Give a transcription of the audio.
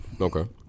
Okay